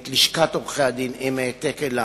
את תשומת הלב של לשכת עורכי-הדין עם העתק אלי,